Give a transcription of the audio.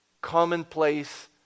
Commonplace